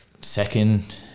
Second